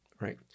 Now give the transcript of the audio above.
Right